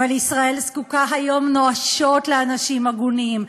אבל ישראל זקוקה היום נואשות לאנשים הגונים,